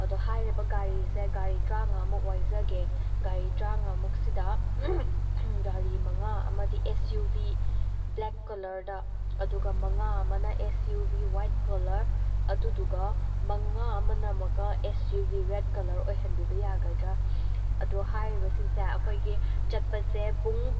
ꯑꯗꯣ ꯍꯏꯔꯤꯕ ꯒꯥꯔꯤꯁꯦ ꯒꯥꯔꯤ ꯇꯔꯥꯥꯉꯥꯃꯨꯛ ꯋꯥꯏꯖꯒꯦ ꯒꯥꯔꯤ ꯇꯔꯥꯥꯉꯥꯃꯨꯛꯁꯤꯗ ꯒꯥꯔꯤ ꯃꯉꯥ ꯑꯃꯗꯤ ꯑꯦꯁ ꯏꯌꯨ ꯚꯤ ꯕ꯭ꯂꯦꯛ ꯀꯂꯔꯗ ꯑꯗꯨꯒ ꯃꯉꯥ ꯑꯃꯅ S U V white colour ꯑꯗꯨꯗꯨꯒ ꯃꯉꯥ ꯑꯃꯅ ꯑꯃꯨꯛꯀ S U V red colour ꯑꯣꯏꯍꯟꯕꯤꯕ ꯌꯥꯒꯗ꯭ꯔꯥ ꯑꯗꯨ ꯍꯥꯏꯔꯤꯕꯁꯤꯡꯁꯦ ꯑꯩꯈꯣꯏꯒꯤ ꯆꯠꯄꯁꯦ ꯄꯨꯡ